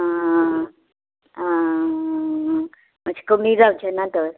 आं आं मात्शे कमी जावचें ना तर